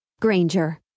Granger